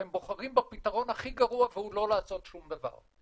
אתם בוחרים בפתרון הכי גרוע והוא לא לעשות שום דבר.